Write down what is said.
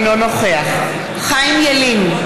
אינו נוכח חיים ילין,